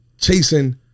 chasing